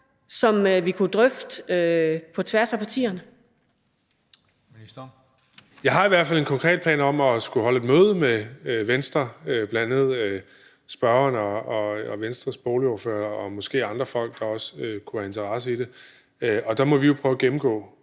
Boligministeren (Kaare Dybvad Bek): Jeg har i hvert fald en konkret plan om at skulle holde et møde med Venstre – bl.a. spørgeren og Venstres boligordfører – og måske andre, der også kunne have interesse i det, og der må vi jo prøve at gennemgå,